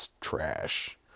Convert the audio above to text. trash